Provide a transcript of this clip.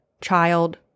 child